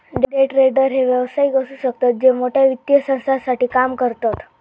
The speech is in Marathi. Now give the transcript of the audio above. डे ट्रेडर हे व्यावसायिक असु शकतत जे मोठ्या वित्तीय संस्थांसाठी काम करतत